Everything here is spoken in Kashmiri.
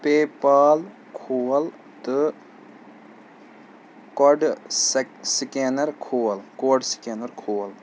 پیٚے پال کھول تہٕ کۅڈٕ سک سِکینر کھول کوڈ سِکینَر کھول